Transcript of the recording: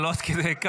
אבל לא עד כדי כך,